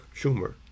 Schumer